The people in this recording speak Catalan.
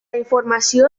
informació